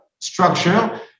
structure